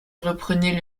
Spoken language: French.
reprenait